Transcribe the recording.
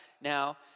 Now